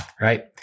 right